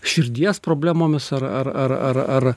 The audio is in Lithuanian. širdies problemomis ar ar ar ar ar